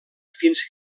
fins